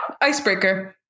Icebreaker